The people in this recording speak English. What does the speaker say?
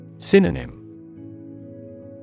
Synonym